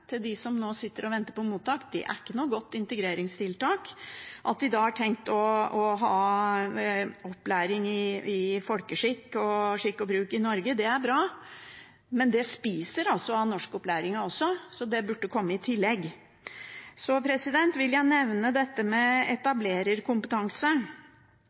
At de da har tenkt å ha opplæring i folkeskikk og i skikk og bruk i Norge, er bra, men det spiser også av norskopplæringen, så det burde komme i tillegg. Så vil jeg nevne dette med